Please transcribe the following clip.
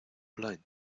blind